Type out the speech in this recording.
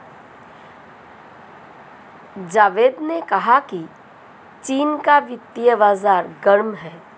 जावेद ने कहा कि चीन का वित्तीय बाजार गर्म है